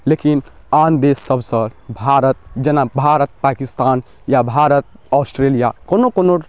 लेकिन आन देश सबसँ भारत जेना भारत पाकिस्तान या भारत ऑस्ट्रेलिया कोनो कोनो